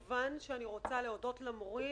למצוא את הפתרון לדבר הזה,